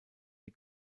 die